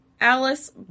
Alice